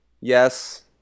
Yes